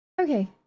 Okay